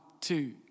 two